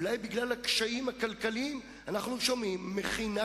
אולי בגלל הקשיים הכלכליים אנחנו שומעים גם על מכינה